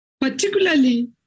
particularly